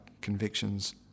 convictions